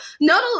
no